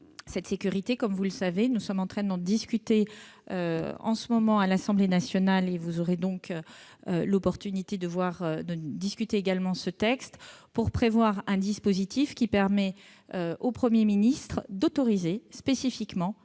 5G eux-mêmes, comme vous le savez, nous sommes en train d'en débattre en ce moment même à l'Assemblée nationale et vous aurez donc l'opportunité de discuter ce texte, qui vise à prévoir un dispositif permettant au Premier ministre d'autoriser spécifiquement